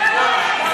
חסון,